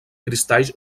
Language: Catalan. cristalls